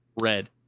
red